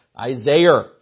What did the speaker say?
Isaiah